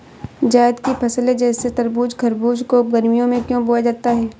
जायद की फसले जैसे तरबूज़ खरबूज को गर्मियों में क्यो बोया जाता है?